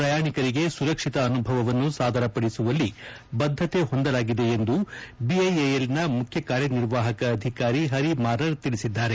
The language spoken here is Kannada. ಪ್ರಯಾಣಿಕರಿಗೆ ಸುರಕ್ಷಿತ ಅನುಭವವನ್ನು ಸಾದರಪಡಿಸುವಲ್ಲಿ ಬದ್ದತೆ ಹೊಂದಲಾಗಿದೆ ಎಂದು ಬಿಐಎಎಲ್ನ ಮುಖ್ಯಕಾರ್ಯ ನಿರ್ವಾಹಕ ಅಧಿಕಾರಿ ಹರಿ ಮಾರರ್ ತಿಳಿಸಿದ್ದಾರೆ